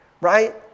right